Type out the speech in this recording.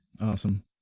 Awesome